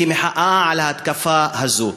במחאה על התקיפה הזאת.